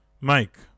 Mike